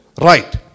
Right